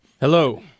Hello